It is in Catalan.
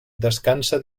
descansa